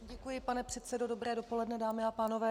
Děkuji, pane předsedo, dobré dopoledne, dámy a pánové.